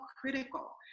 critical